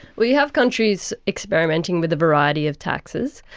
we have countries experimenting with a variety of taxes,